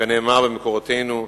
כנאמר במקורותינו,